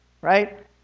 right